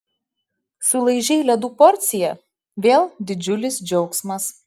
sulaižei ledų porciją vėl didžiulis džiaugsmas